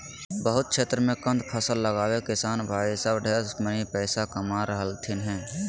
बहुत क्षेत्र मे कंद फसल लगाके किसान भाई सब ढेर मनी पैसा कमा रहलथिन हें